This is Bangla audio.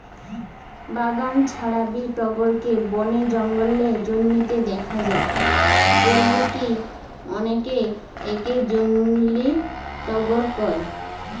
বাগান ছাড়াবি টগরকে বনে জঙ্গলে জন্মিতে দেখা যায় বলিকি অনেকে একে জংলী টগর কয়